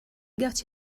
got